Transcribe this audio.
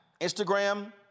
Instagram